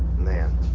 man,